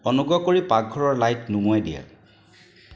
অনুগ্ৰহ কৰি পাকঘৰৰ লাইট নুমুৱাই দিয়া